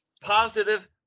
positive